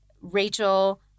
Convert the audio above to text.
Rachel